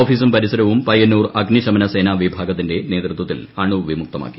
ഓഫീസും പരിസരവും പയ്യന്നൂർ അഗ്നിശ്രിമ്ന് സേനാവിഭാഗത്തിന്റെ നേതൃത്വത്തിൽ അണുവിമുക്തമാക്കി